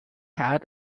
hat